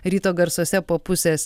ryto garsuose po pusės